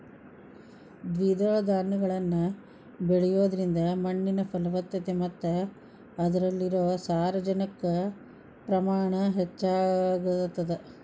ದ್ವಿದಳ ಧಾನ್ಯಗಳನ್ನ ಬೆಳಿಯೋದ್ರಿಂದ ಮಣ್ಣಿನ ಫಲವತ್ತತೆ ಮತ್ತ ಅದ್ರಲ್ಲಿರೋ ಸಾರಜನಕದ ಪ್ರಮಾಣ ಹೆಚ್ಚಾಗತದ